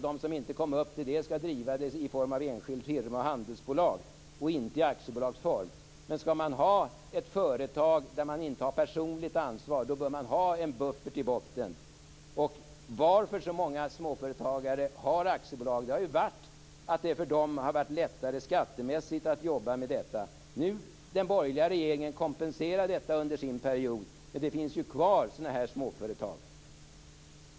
De som inte når upp till detta skulle driva företaget i form av enskild firma eller handelsbolag - inte i aktiebolagsform. Men skall man ha ett företag där man inte har personligt ansvar, bör man ha en buffert i botten. Att så många småföretagare har aktiebolag beror ju på att det skattemässigt har varit lättare för dem att jobba med detta. Den borgerliga regeringen kompenserade detta under sin period, men det finns ju kvar sådana här småföretag.